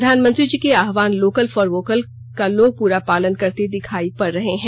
प्रधानमंत्री जी के आह्वान लोकल फॉर भोकल का लोग पूरा पालन करते दिखाई पड़ रहे हैं